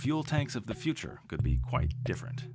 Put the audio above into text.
fuel tanks of the future could be quite different